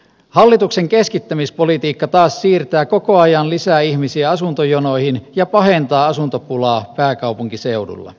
hallituksen keskittämispolitiikka taas siirtää koko ajan lisää ihmisiä asuntojonoihin ja pahentaa asuntopulaa pääkaupunkiseudulla